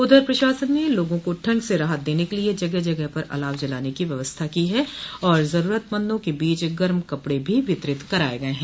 उधर प्रशासन ने लोगों को ठंड से राहत देने के लिये जगह जगह पर अलाव जलाने की व्यवस्था की है और जरूरतमंदों के बीच गर्म कपड़े भी वितरित कराये गये हैं